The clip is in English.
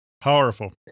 powerful